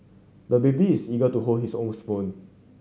the baby is eager to hold his own spoon